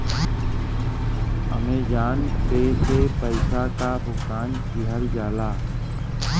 Amazon pay से पइसा क भुगतान किहल जाला